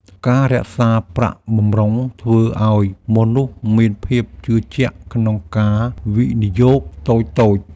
ការរក្សាប្រាក់បម្រុងធ្វើឱ្យមនុស្សមានភាពជឿជាក់ក្នុងការវិនិយោគតូចៗ។